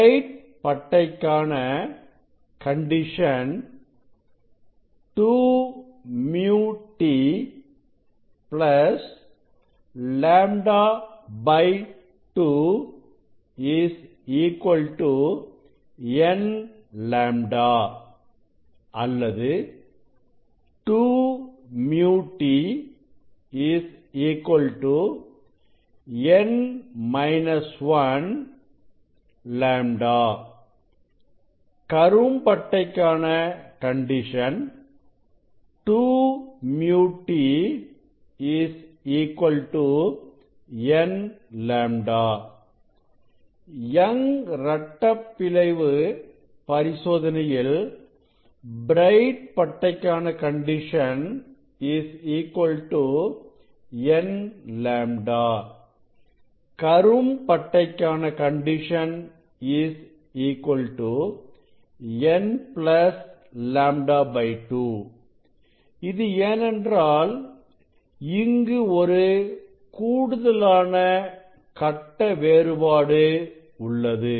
bright பட்டை கான condition 2 µ t λ 2 n λ OR 2 µ t λ கரும்பட்டை கான கண்டிஷன் 2 µ t n λ யங் இரட்டைப் பிளவு சோதனையில் பிரைட் படைக்கான கண்டிஷன் n λ கரும் படைக்கான கண்டிஷன் n λ2 இது ஏனென்றால் இங்கு ஒரு கூடுதலான கட்ட வேறுபாடு உள்ளது